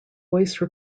voice